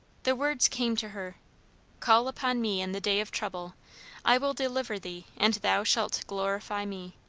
the words came to her call upon me in the day of trouble i will deliver thee, and thou shalt glorify me.